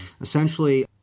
essentially